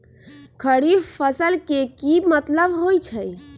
खरीफ फसल के की मतलब होइ छइ?